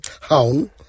Hound